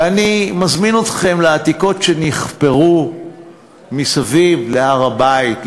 ואני מזמין אתכם לעתיקות שנחפרו מסביב להר-הבית,